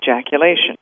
ejaculation